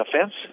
offense